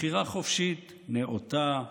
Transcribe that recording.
בחירה חופשית, נאותה,